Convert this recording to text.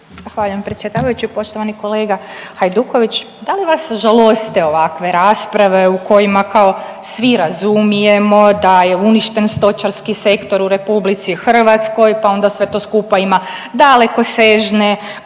Zahvaljujem predsjedavajući. Poštovani kolega Hajduković, da li vas žaloste ovakve rasprave u kojima kao svi razumijemo da je uništen stočarski sektor u Republici Hrvatskoj, pa onda sve to skupa ima dalekosežne